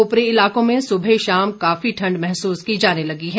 उपरी इलाकों में सुबह शाम काफी ठण्ड महसूस की जाने लगी है